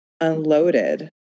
unloaded